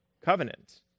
covenant